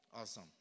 Awesome